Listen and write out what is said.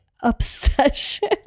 obsession